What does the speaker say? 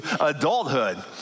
adulthood